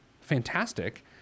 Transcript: fantastic